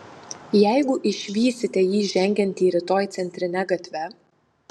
jeigu išvysite jį žengiantį rytoj centrine gatve